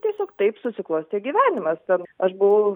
tiesiog taip susiklostė gyvenimas ten aš buvau